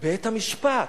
בית-המשפט.